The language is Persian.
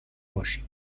باشیم